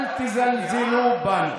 אל תזלזלו בנו.